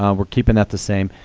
um we're keeping that the same.